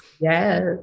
Yes